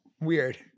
Weird